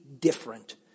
different